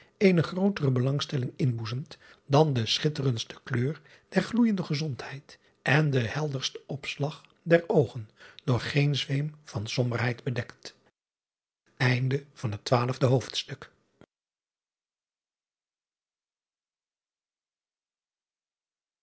eene grootere belangstelling inboezemt dan de schitterendste kleur der gloeijende gezondheid en de helderste opslag der oogen door geen zweem van somberheid bedekt